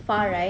far right